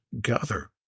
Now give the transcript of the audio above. gather